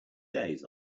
days